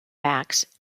backs